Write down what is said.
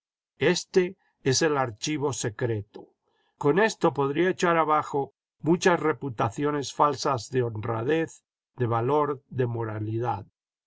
este es el archivo secreto con esto podría echar abajo muchas reputaciohes falsas de honradez de valor de moralidad